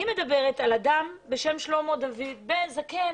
אני מדברת על אדם בשם שלמה דוד, איש זקן